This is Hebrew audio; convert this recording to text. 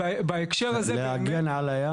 ובהקשר הזה באמת --- להגן על הים